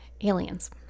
aliens